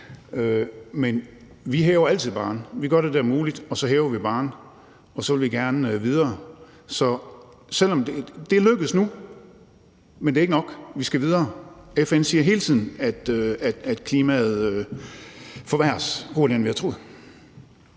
Men vi hæver altid barren. Vi gør det, der er muligt, og så hæver vi barren, og så vil vi gerne videre. Det er lykkedes nu, men det er ikke nok; vi skal videre. FN siger hele tiden, at klimaet forværres hurtigere, end vi havde troet.